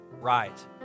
right